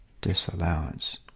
disallowance